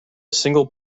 single